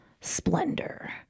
splendor